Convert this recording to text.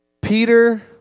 Peter